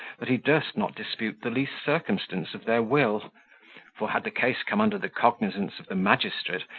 that he durst not dispute the least circumstance of their will for, had the case come under the cognizance of the magistrate,